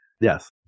Yes